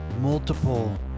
multiple